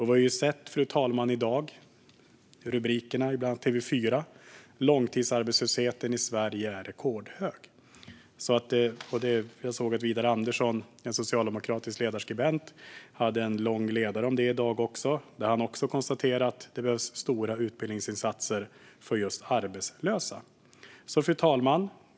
Vi har sett dagens rubriker, fru talman. Långtidsarbetslösheten i Sverige är rekordhög, enligt TV4. Widar Andersson, en socialdemokratisk ledarskribent, hade i dag en lång ledare om detta, där han konstaterar att det behövs stora utbildningsinsatser för just arbetslösa. Fru talman!